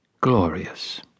Glorious